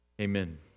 Amen